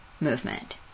movement